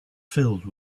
filled